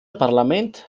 parlament